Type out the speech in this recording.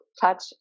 touch